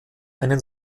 einen